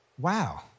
Wow